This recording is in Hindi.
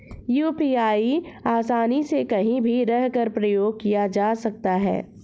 यू.पी.आई को आसानी से कहीं भी रहकर प्रयोग किया जा सकता है